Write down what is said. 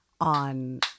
on